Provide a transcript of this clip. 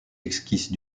esquisses